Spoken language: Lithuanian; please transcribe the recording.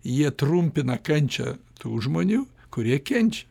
jie trumpina kančią tų žmonių kurie kenčia